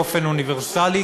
באופן אוניברסלי,